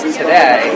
today